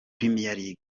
league